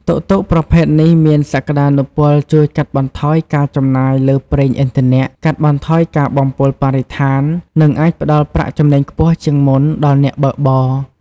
តុកតុកប្រភេទនេះមានសក្ដានុពលជួយកាត់បន្ថយការចំណាយលើប្រេងឥន្ធនៈ កាត់បន្ថយការបំពុលបរិស្ថាន និងអាចផ្ដល់ប្រាក់ចំណេញខ្ពស់ជាងមុនដល់អ្នកបើកបរ។